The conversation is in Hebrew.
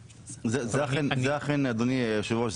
אכן זו התכלית אדוני היושב ראש.